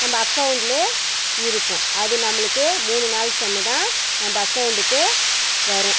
நம்ம அக்கௌண்ட்லேயே இருக்கும் அது நம்மளுக்கு மூணு நாள் சென்றுதான் நம்ப அக்கௌண்டுக்கு வரும்